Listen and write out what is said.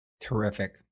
Terrific